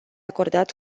acordat